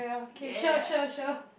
yeah yeah